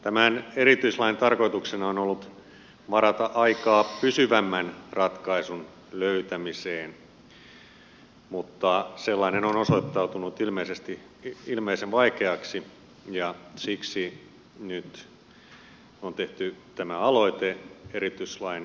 tämän erityislain tarkoituksena on ollut varata aikaa pysyvämmän ratkaisun löytämiseen mutta sellainen on osoittautunut ilmeisen vaikeaksi ja siksi nyt on tehty tämä aloite erityislain jatkamisesta